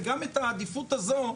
וגם את העדיפות הזו,